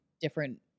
different